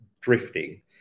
drifting